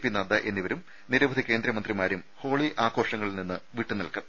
P Nadda എന്നിവരും നിരവധി കേന്ദ്രമന്ത്രിമാരും ഹോളി ആഘോഷങ്ങ ളിൽ നിന്ന് മാറിനിൽക്കും